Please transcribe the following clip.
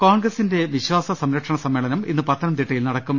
കോൺഗ്രസിന്റെ വിശ്വാസ സംരക്ഷണ സമ്മേളനം ഇന്ന് പത്ത നംതിട്ടയിൽ നടക്കും